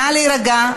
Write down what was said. נא להירגע.